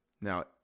Now